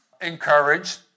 encouraged